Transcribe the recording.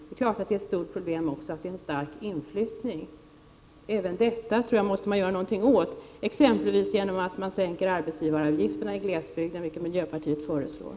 Det är klart att den starka inflyttningen också är ett stort problem. Även den måste vi göra någonting åt. Det kan vi exempelvis göra genom att sänka arbetsgivaravgifterna i glesbygden, vilket miljöpartiet föreslår.